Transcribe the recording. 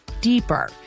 deeper